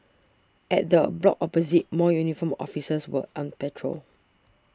at the block opposite more uniformed officers were on patrol